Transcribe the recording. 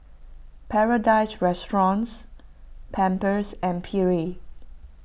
Paradise Restaurants Pampers and Perrier